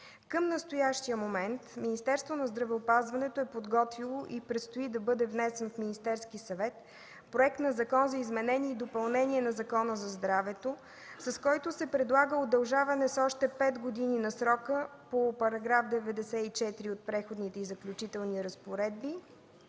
Към настоящият момент Министерството на здравеопазването е подготвило и предстои да бъде внесен в Министерския съвет Проект на Закон за изменение и допълнение на Закона за здравето, с който се предлага удължаване с още пет години на срока по § 94 от Преходните и заключителни разпоредби